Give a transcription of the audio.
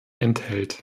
enthält